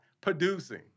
producing